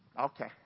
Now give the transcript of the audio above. Okay